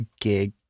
gig